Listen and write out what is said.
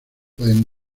pueden